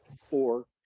four